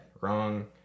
Wrong